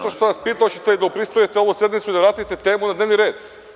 Lepo sam vas pitao hoćete da upristojite ovu sednicu i da vratite temu na dnevni red?